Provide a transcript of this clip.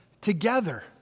together